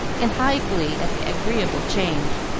in high glee, at the agreeable change.